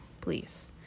please